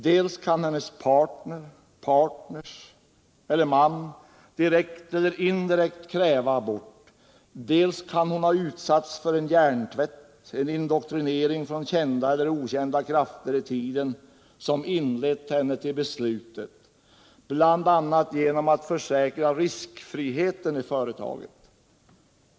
Dels kan hennes partner — en eller flera — eller hennes man direkt eller indirekt kräva abort, dels kan hon ha utsatts för en hjärntvätt, en indoktrinering från kända eller okända krafter i tiden som lett henne till beslutet, bl.a. genom att försäkra riskfriheten i företaget.